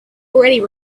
already